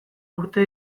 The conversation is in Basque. urte